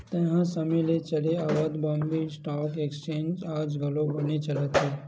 तइहा समे ले चले आवत ये बॉम्बे स्टॉक एक्सचेंज आज घलो बनेच चलत हे